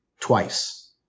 twice